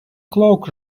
cloak